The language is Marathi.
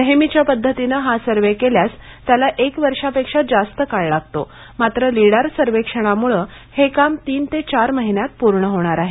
नेहमीच्या पद्धतीने हा सर्वे केल्यास त्याला एक वर्षापेक्षा जास्त काळ लागतो मात्र लीडार सर्वेक्षणामुळे हे काम तीन ते चार महिन्यात पूर्ण होणार आहे